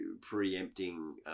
Preempting